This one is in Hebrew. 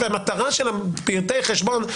והמטרה של פרטי החשבון,